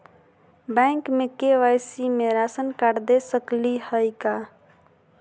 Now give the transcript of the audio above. Bank में KYC में ration card दे सकली हई का?